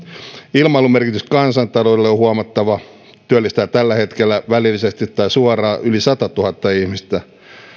ilmailun merkitys kansantaloudelle on huomattava se työllistää tällä hetkellä välillisesti tai suoraan yli satatuhatta ihmistä